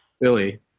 Philly